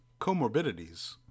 comorbidities